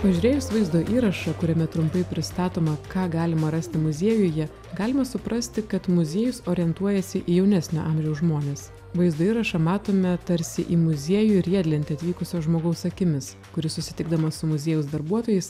pažiūrėjus vaizdo įrašą kuriame trumpai pristatoma ką galima rasti muziejuje galima suprasti kad muziejus orientuojasi į jaunesnio amžiaus žmones vaizdo įrašą matome tarsi į muziejų riedlentę atvykusio žmogaus akimis kuris susitikdamas su muziejaus darbuotojais